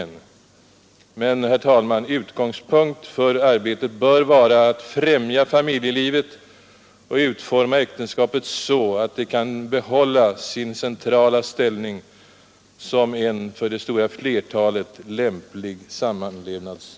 Men, herr talman, utgångspunkten för arbetet bör vara att främja familjelivet och utforma äktenskapet så att det kan behålla sin centrala ställning som en för det stora flertalet lämplig samlevnadsform.